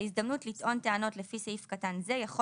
ההזדמנות לטעון טענות לפי סעיף קטן זה יכול